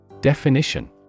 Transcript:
Definition